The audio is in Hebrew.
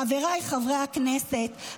חבריי חברי הכנסת,